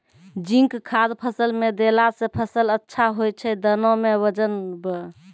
zinc खाद फ़सल मे देला से फ़सल अच्छा होय छै दाना मे वजन ब